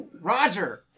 Roger